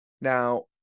Now